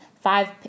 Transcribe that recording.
five